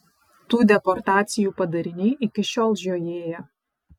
tų deportacijų padariniai iki šiol žiojėja